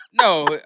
No